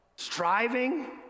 Striving